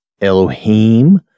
Elohim